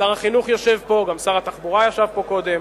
שר החינוך יושב פה, גם שר התחבורה ישב פה קודם,